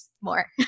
more